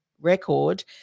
record